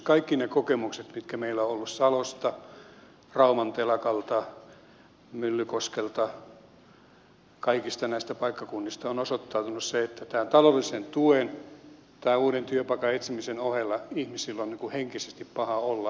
kaikki ne kokemukset mitä meillä on ollut salosta rauman telakalta myllykoskelta kaikista näistä paikkakunnista ovat osoittaneet sen että tämän taloudellisen tuen tai uuden työpaikan etsimisen ohella ihmisillä on henkisesti paha olla ja vaikeata